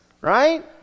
right